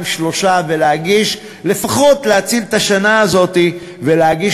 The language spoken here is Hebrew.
שלושה ולפחות להציל את השנה הזאת ולהגיש